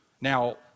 Now